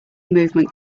movement